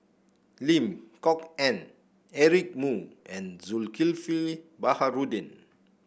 Lim Kok Ann Eric Moo and Zulkifli Baharudin